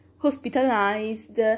hospitalized